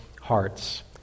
hearts